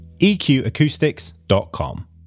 EQacoustics.com